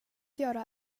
göra